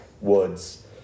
woods